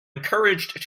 encouraged